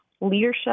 leadership